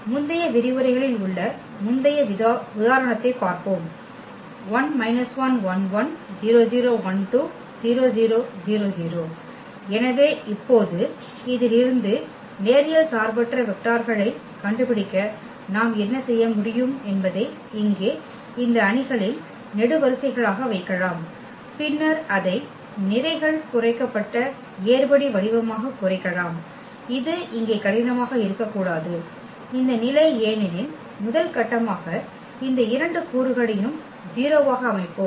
முந்தைய விரிவுரைகளில் உள்ள முந்தைய உதாரணத்தை பார்ப்போம் எனவே இப்போது இதில் இருந்து நேரியல்சார்பற்ற வெக்டார்களைக் கண்டுபிடிக்க நாம் என்ன செய்ய முடியும் என்பதை இங்கே இந்த அணிகளில் நெடுவரிசைகளாக வைக்கலாம் பின்னர் அதை நிரைகள் குறைக்கப்பட்ட ஏறுபடி வடிவமாகக் குறைக்கலாம் இது இங்கே கடினமாக இருக்கக்கூடாது இந்த நிலை ஏனெனில் முதல் கட்டமாக இந்த இரண்டு கூறுகளையும் 0 ஆக அமைப்போம்